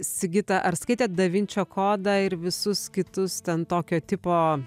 sigita ar skaitėt da vinčio kodą ir visus kitus ten tokio tipo